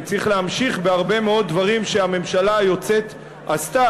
וצריך להמשיך בהרבה מאוד דברים שהממשלה היוצאת עשתה,